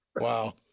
Wow